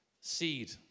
Seed